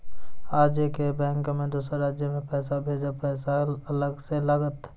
आजे के बैंक मे दोसर राज्य मे पैसा भेजबऽ पैसा अलग से लागत?